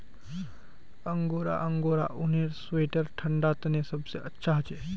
angora angora ऊनेर sweater ठंडा तने सबसे अच्छा हछे